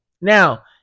Now